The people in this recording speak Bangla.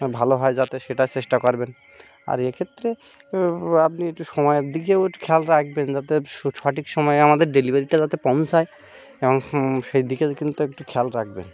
হ্যাঁ ভালো হয় যাতে সেটার চেষ্টা করবেন আর এ ক্ষেত্রে আপনি একটু সময়ের দিকেও খেয়াল রাখবেন যাতে স সঠিক সময় আমাদের ডেলিভারিটা যাতে পৌঁছায় এবং সেই দিকের কিন্তু একটু খেয়াল রাখবেন